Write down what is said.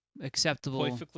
acceptable